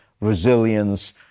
resilience